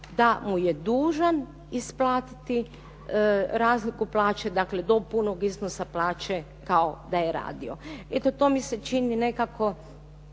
da mu je dužan isplatiti razliku plaće, dakle do punog iznosa plaće kao da je radio. Eto, to mi se čini nekako